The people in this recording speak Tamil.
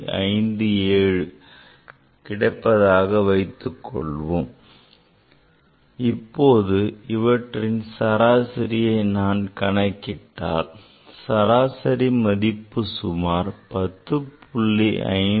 57 கிடைப்பதாக வைத்துக் கொள்வோம் இப்போது அவற்றின் சராசரியை நான் கணக்கிட்டால் சராசரி மதிப்பு சுமார் 10